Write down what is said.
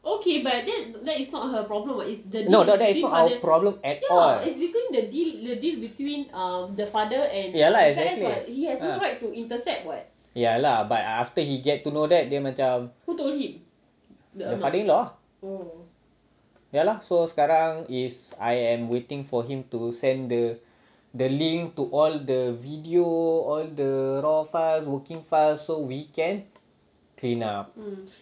no no that is not our problem at all exactly ya lah but after he get to know that then dia macam the father in law ah ya lah so sekarang is I am waiting for him to send the the link to all the video all the raw files working files so we can clean up